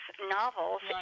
novels